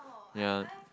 yea